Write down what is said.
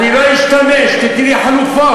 אני לא אשתמש, תני לי חלופות.